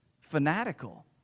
fanatical